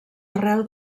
arreu